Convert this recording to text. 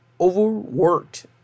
overworked